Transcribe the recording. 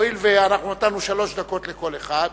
הואיל ונתנו שלוש דקות לכל אחד,